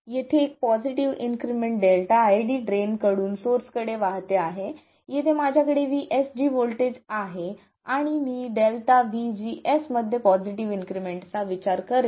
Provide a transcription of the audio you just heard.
येथे एक positive increment ΔID drain कडून सोर्स कडे वाहते आहे येथे माझ्याकडे VSG व्होल्टेज आहे आणि मी ΔVGS मध्ये पॉझिटिव्ह इन्क्रिमेंट चा विचार करेन